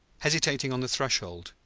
hesitating on the threshold,